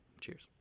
Cheers